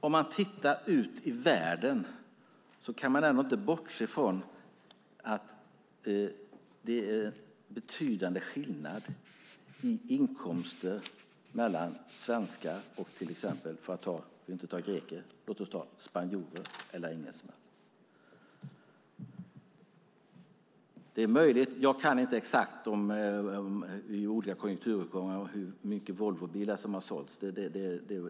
Om man tittar ut i världen kan man inte bortse från att det är betydande skillnader i inkomster mellan svenskar och låt oss säga spanjorer och engelsmän. Jag kan inte exakt de olika konjunkturuppgångarna och hur många Volvobilar som har sålts.